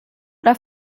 nach